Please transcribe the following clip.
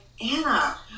Anna